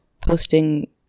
posting